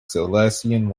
silesian